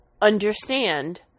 Understand